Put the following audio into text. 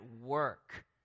work